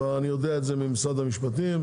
אני יודע את זה ממשרד המשפטים.